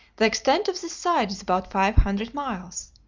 the extent of this side is about five hundred miles.